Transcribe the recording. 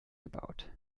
gebaut